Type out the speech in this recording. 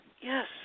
yes